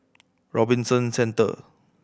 Robinson Centre